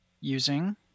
using